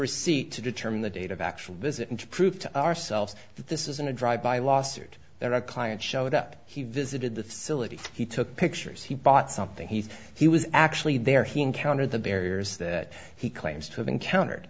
receipt to determine the date of actual visit and to prove to ourselves that this isn't a drive by lawsuit they're our client showed up he visited the syllabi he took pictures he bought something he thought he was actually there he encountered the barriers that he claims to have encountered